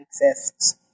exists